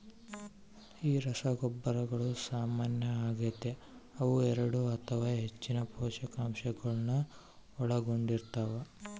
ಈ ರಸಗೊಬ್ಬರಗಳು ಸಾಮಾನ್ಯ ಆಗತೆ ಅವು ಎರಡು ಅಥವಾ ಹೆಚ್ಚಿನ ಪೋಷಕಾಂಶಗುಳ್ನ ಒಳಗೊಂಡಿರ್ತವ